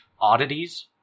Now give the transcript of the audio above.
oddities